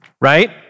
right